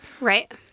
Right